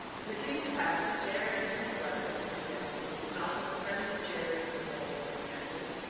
and it came to pass that jared and his brother, and their families, and also the friends of jared and his brother and their families,